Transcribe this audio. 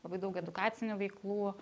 labai daug edukacinių veiklų